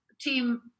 team